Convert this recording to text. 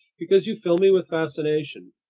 because you fill me with fascination.